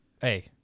Hey